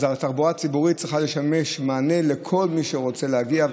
אז התחבורה הציבורית צריכה לשמש מענה לכל מי שרוצה להגיע.